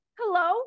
hello